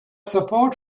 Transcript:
support